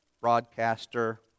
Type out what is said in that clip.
broadcaster